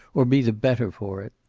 or be the better for it.